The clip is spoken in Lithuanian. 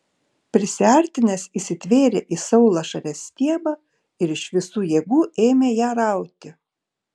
prisiartinęs įsitvėrė į saulašarės stiebą ir iš visų jėgų ėmė ją rauti